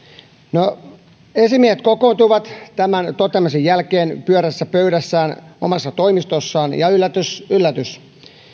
no esimiehet kokoontuivat tämän toteamisen jälkeen pyöreässä pöydässään omassa toimistossaan ja yllätys yllätys